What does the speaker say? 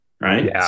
right